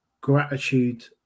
gratitude